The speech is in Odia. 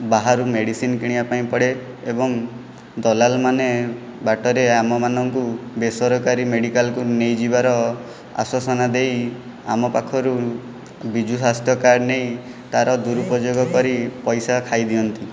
ବାହାରୁ ମେଡ଼ିସିନ କିଣିବା ପାଇଁ ପଡ଼େ ଏବଂ ଦଲାଲମାନେ ବାଟରେ ଆମମାନଙ୍କୁ ବେସରକାରୀ ମେଡ଼ିକାଲକୁ ନେଇଯିବାର ଆଶ୍ଵାସନା ଦେଇ ଆମ ପାଖରୁ ବିଜୁ ସ୍ୱାସ୍ଥ୍ୟ କାର୍ଡ଼ ନେଇ ତାର ଦୁରୁପଯୋଗ କରି ପଇସା ଖାଇଦିଅନ୍ତି